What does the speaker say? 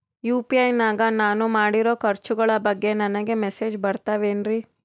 UPI ನಾಗ ನಾನು ಮಾಡಿರೋ ಖರ್ಚುಗಳ ಬಗ್ಗೆ ನನಗೆ ಮೆಸೇಜ್ ಬರುತ್ತಾವೇನ್ರಿ?